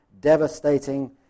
devastating